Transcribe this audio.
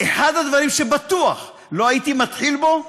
אחד הדברים שבטוח לא הייתי מתחיל בו,